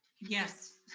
yes.